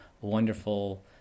wonderful